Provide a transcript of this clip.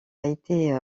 été